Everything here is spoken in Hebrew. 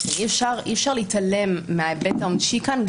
אי-אפשר להתעלם מההיבט העונשי כאן.